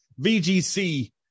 VGC